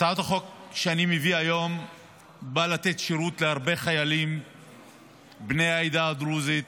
הצעת החוק שאני מביא היום באה לתת שירות להרבה חיילים בני העדה הדרוזית,